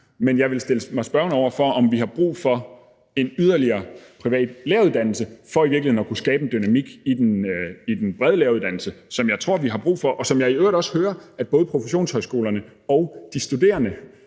men jeg vil stille mig spørgende over for, om vi har brug for en yderligere privat læreruddannelse for i virkeligheden at kunne skabe en dynamik i den brede læreruddannelse, som jeg tror vi har brug for, og som jeg i øvrigt også hører at både professionshøjskolerne og de studerende